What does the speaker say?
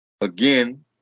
again